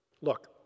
Look